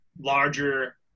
larger